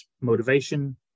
motivation